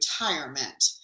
retirement